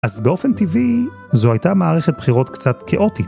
‫אז באופן טבעי, זו הייתה מערכת ‫בחירות קצת כאוטית.